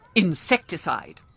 insecticide!